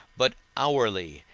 but hourly,